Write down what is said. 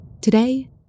Today